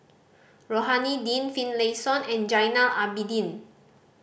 Rohani Din Finlayson and Zainal Abidin